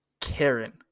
karen